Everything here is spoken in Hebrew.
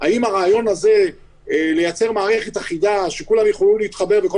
האם הרעיון הזה לייצר מערכת אחידה שכולם יוכלו להתחבר וכל